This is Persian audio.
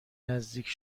نزدیک